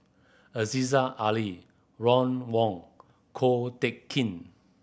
Aziza Ali Ron Wong Ko Teck Kin